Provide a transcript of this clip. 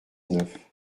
neuf